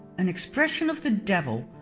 an expression of the devil,